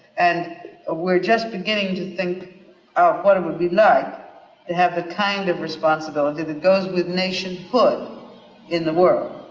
and ah we're just beginning to think of what it would be like to have the kind of responsibility that goes with nationhood in the world.